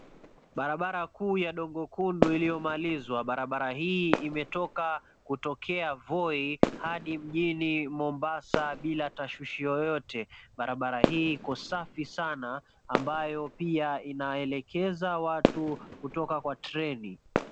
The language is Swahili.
Barabara kuu ya dogo kuu iliyomalizwa, barabara hii imetoka kutokea Voi hadi mjini Mombasa bila taswishi yoyote .Barabara hii Iko safi sana ambayo pia inaelekeza watu kutoka treni.